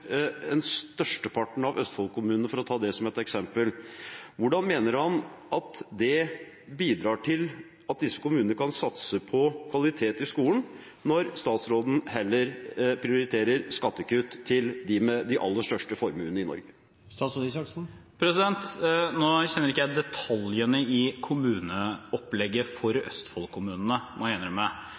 størsteparten av Østfold-kommunene, for å ta det som et eksempel, hvordan mener han at det bidrar til at disse kommunene kan satse på kvalitet i skolen, når statsråden heller prioriterer skattekutt til dem med de aller største formuene i Norge? Nå kjenner ikke jeg detaljene i kommuneopplegget for Østfold-kommunene, må jeg